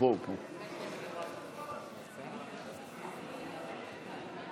הגבלת מספר עובדים במקום